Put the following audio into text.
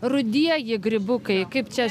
rudieji grybukai kaip čia